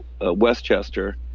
Westchester